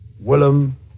Willem